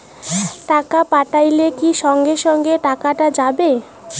টাকা পাঠাইলে কি সঙ্গে সঙ্গে টাকাটা যাবে?